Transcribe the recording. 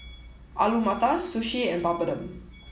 Alu Matar Sushi and Papadum